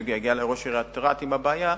כשהוא יגיע לראש עיריית רהט עם הבעיה,